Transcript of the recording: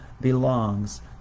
belongs